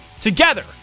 together